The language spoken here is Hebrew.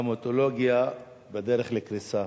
ההמטולוגיה בדרך לקריסה.